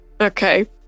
okay